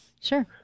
Sure